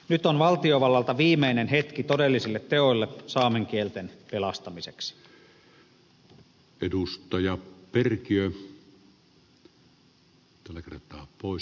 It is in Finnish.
nyt on valtiovallalla viimeinen hetki todellisille teoille saamen kielten pelastamiseksi